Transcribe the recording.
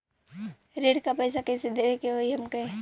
ऋण का पैसा कइसे देवे के होई हमके?